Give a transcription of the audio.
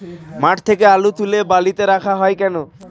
মাঠ থেকে আলু তুলে বালিতে রাখা হয় কেন?